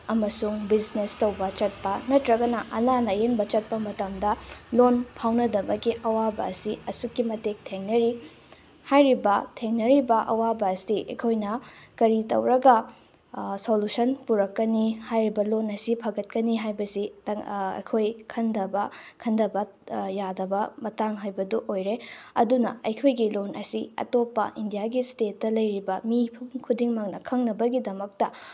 ꯑꯃꯁꯨꯡ ꯕꯤꯁꯅꯦꯁ ꯇꯧꯕ ꯆꯠꯄ ꯅꯠꯇ꯭ꯔꯒꯅ ꯑꯅꯥ ꯂꯥꯏꯌꯦꯡꯕ ꯆꯠꯄ ꯃꯇꯝꯗ ꯂꯣꯟ ꯐꯥꯎꯅꯗꯕꯒꯤ ꯑꯋꯥꯕ ꯑꯁꯤ ꯑꯁꯨꯛꯀꯤ ꯃꯇꯤꯛ ꯊꯦꯡꯅꯔꯤ ꯍꯥꯏꯔꯤꯕ ꯊꯦꯡꯅꯔꯤꯕ ꯑꯋꯥꯕ ꯑꯁꯤ ꯑꯩꯈꯣꯏꯅ ꯀꯔꯤ ꯇꯧꯔꯒ ꯁꯣꯂꯨꯁꯟ ꯄꯨꯔꯛꯀꯅꯤ ꯍꯥꯏꯔꯤꯕ ꯂꯣꯟ ꯑꯁꯤ ꯐꯒꯠꯀꯅꯤ ꯍꯥꯏꯕꯁꯤꯇꯪ ꯑꯩꯈꯣꯏ ꯈꯟꯗꯕ ꯈꯟꯗꯕ ꯌꯥꯗꯕ ꯃꯇꯥꯡ ꯍꯥꯏꯕꯗꯨ ꯑꯣꯏꯔꯦ ꯑꯗꯨꯅ ꯑꯩꯈꯣꯏꯒꯤ ꯂꯣꯟ ꯑꯁꯤ ꯑꯇꯣꯞꯄ ꯏꯟꯗꯤꯌꯥꯒꯤ ꯏꯁꯇꯦꯠꯇ ꯂꯩꯔꯤꯕ ꯃꯤꯄꯨꯝ ꯈꯨꯗꯤꯡꯃꯛꯅ ꯈꯪꯅꯕꯒꯤꯗꯃꯛꯇ